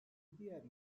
diğer